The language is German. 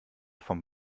vom